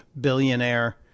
billionaire